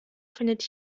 findet